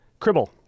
Cribble